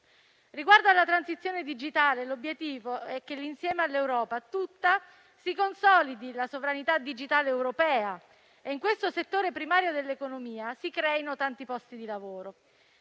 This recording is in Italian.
Riguardo alla transizione digitale, l'obiettivo è che insieme all'Europa tutta si consolidi la sovranità digitale europea e in questo settore primario dell'economia si creino tanti posti di lavoro.